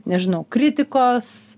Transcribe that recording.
nežinau kritikos